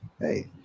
Hey